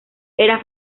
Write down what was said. era